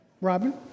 Robin